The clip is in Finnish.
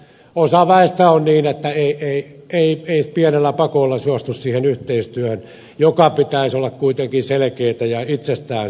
osa väestä on sellaisia että ei pienellä pakolla suostu siihen yhteistyöhön jonka pitäisi olla kuitenkin selkeätä ja itsestään selvää